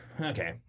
Okay